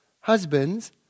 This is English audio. Husbands